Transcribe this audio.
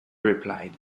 replied